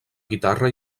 guitarra